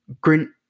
grin